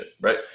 right